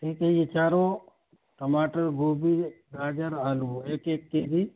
ٹھیک ہے یہ چاروں ٹماٹر گوبھی گاجر آلو ایک ایک کے جی